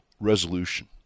resolution